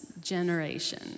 generation